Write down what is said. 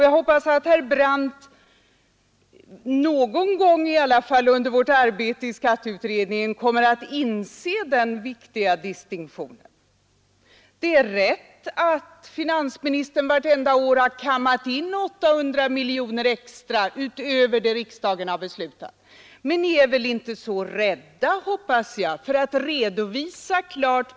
Jag hoppas att herr Brandt i alla fall någon gång under vårt arbete i skatteutredningen kommer att inse den viktiga distinktionen. Det är sant att finansministern vartenda år har kammat in 800 miljoner extra utöver det riksdagen beslutat. Om man vill höja skatterna med 800 miljoner får man väl fatta beslut om detta.